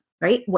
right